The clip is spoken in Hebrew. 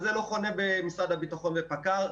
זה לא חונה במשרד הביטחון ופקע"ר,